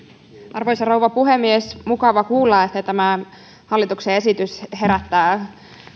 arvoisa rouva puhemies mukava kuulla että tämä hallituksen esitys herättää